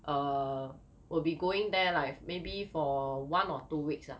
err will be going there like maybe for one or two weeks lah